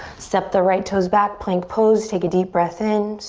step the right toes back. plank pose, take a deep breath in.